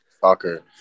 soccer